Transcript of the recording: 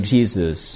Jesus